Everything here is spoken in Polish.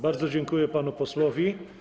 Bardzo dziękuję panu posłowi.